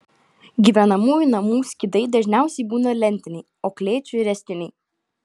gyvenamųjų namų skydai dažniausiai būna lentiniai o klėčių ręstiniai